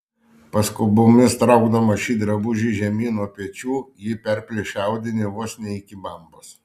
paskubomis traukdama šį drabužį žemyn nuo pečių ji perplėšė audinį vos ne iki bambos